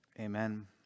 Amen